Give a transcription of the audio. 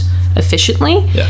efficiently